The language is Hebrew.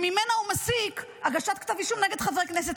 שממנה הוא מסיק: הגשת כתב אישום נגד חברי כנסת.